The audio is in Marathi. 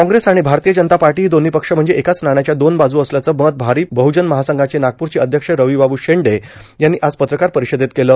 काँग्रेस आणि भारतीय जनता पार्टी हे दोव्ही पक्ष म्हणजे एकाच नाण्याच्या दोन बाजू असल्याचं मत भारीप बहुजन महासंघाचे नागपूरचे अध्यक्ष रविबाबू शेंडे यांनी आज पत्रकार परिषदेत केलं